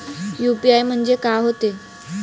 UPI म्हणजे का होते?